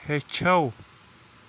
ہیٚچھَو